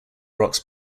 rocks